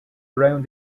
around